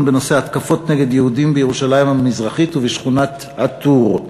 בנושא התקפות נגד יהודים בירושלים המזרחית ובשכונת א-טור.